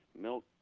milk